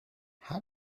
how